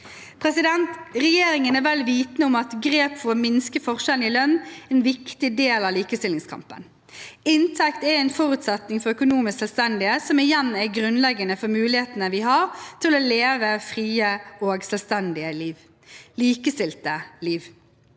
disse. Regjeringen er vel vitende om at grep for å minske forskjellene i lønn er en viktig del av likestillingskampen. Inntekt er en forutsetning for økonomisk selvstendighet, som igjen er grunnleggende for mulighetene vi har til å leve et fritt og selvstendig liv – et likestilt liv.